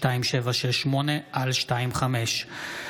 זו הישיבה האחרונה למושב הזה.